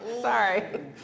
Sorry